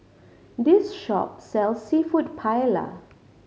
this shop sells Seafood Paella